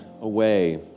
away